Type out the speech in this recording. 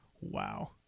Wow